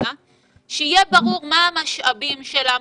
שיהיה ברור מה המשאבים שלה,